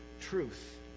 truth